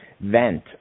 vent